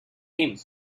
him